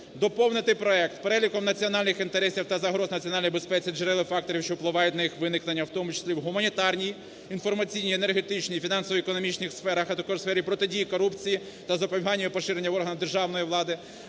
доповнити проект переліком національних інтересів та загроз національній безпеці, джерел і факторів, що впливають на їх виникнення, в тому числі в гуманітарній, інформаційній, енергетичній, фінансовій, економічній сферах, а також в сфері протидії корупції та запобігання її поширення в органах державної влади,